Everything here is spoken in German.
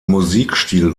musikstil